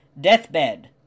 Deathbed